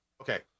Okay